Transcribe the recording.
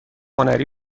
هنری